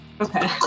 Okay